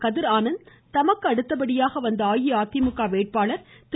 கதிர் ஆனந்த் தமக்கு அடுத்தபடியாக வந்த அஇஅதிமுக வேட்பாளர் திரு